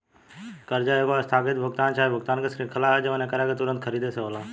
कर्जा एगो आस्थगित भुगतान चाहे भुगतान के श्रृंखला ह जवन एकरा के तुंरत खरीद से होला